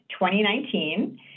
2019